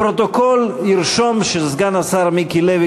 הפרוטוקול ירשום שגם סגן השר מיקי לוי